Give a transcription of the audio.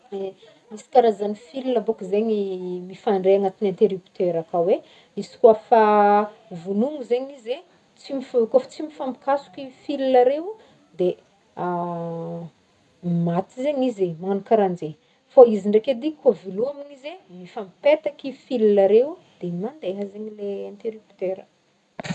Misy karazany fila bôka zaigny mifandray agnatin'ny interrupteur akao e, izy koa fa vognona zegny izy e, tsy mif- kôfa tsy mifampikasoky fila reo de maty zegny izy e magnano karahanjey, fô izy ndreky edy kô velômigny izy e mifampipetaky fila reo de mandeha zegny lay interrupteura.